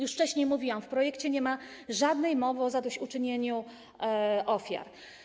Już wcześniej mówiłam, że w projekcie nie ma żadnej mowy o zadośćuczynieniu ofiarom.